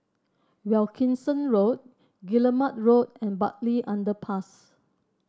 Wilkinson Road Guillemard Road and Bartley Underpass